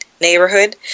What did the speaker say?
neighborhood